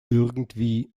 irgendwie